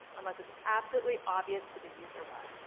unless it's absolutely obvious to the user why.